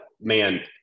man